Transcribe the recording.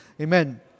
Amen